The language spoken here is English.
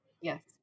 Yes